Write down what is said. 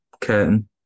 curtain